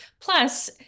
Plus